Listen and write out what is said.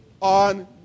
on